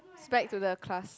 back to the class